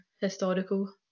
historical